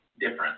different